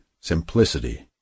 Simplicity